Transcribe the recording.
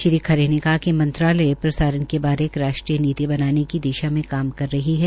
श्री खरे ने कहा कि मंत्रालय प्रसारण के बारे राष्ट्रीय नीति बनाने की दिशा में काम करी रही है